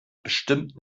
bestimmt